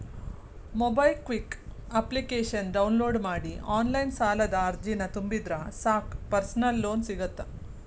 MobiKwik ಅಪ್ಲಿಕೇಶನ download ಮಾಡಿ online ಸಾಲದ ಅರ್ಜಿನ ತುಂಬಿದ್ರ ಸಾಕ್ ಪರ್ಸನಲ್ ಲೋನ್ ಸಿಗತ್ತ